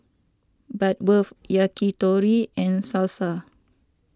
Bratwurst Yakitori and Salsa